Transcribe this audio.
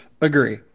Agree